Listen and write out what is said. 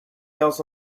else